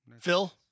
Phil